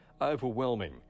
overwhelming